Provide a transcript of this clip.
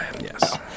Yes